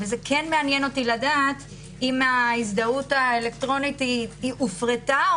מעניין אותי לדעת אם ההזדהות האלקטרונית הופרטה,